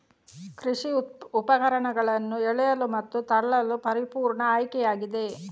ಕೃಷಿ ಉಪಕರಣಗಳನ್ನು ಎಳೆಯಲು ಮತ್ತು ತಳ್ಳಲು ಪರಿಪೂರ್ಣ ಆಯ್ಕೆಯಾಗಿದೆ